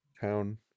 town